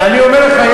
אני אומר לך,